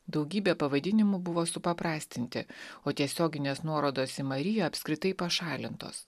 daugybė pavadinimų buvo supaprastinti o tiesioginės nuorodos į mariją apskritai pašalintos